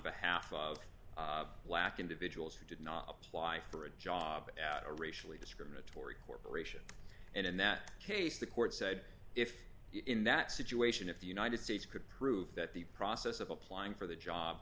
behalf of black individuals who did not apply for a job at a racially discriminatory corporation and in that case the court said if in that situation if the united states could prove that the process of applying for the job